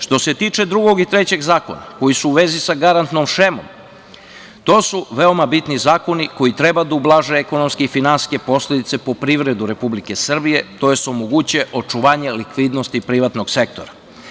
Što se tiče drugog i trećeg zakona, koji su u vezi sa garantnom šemom, to su veoma bitni zakoni koji treba da ublaže ekonomske i finansijske posledice po privredu Republike Srbije, tj. omogućuje očuvanje likvidnosti privatnog sektora.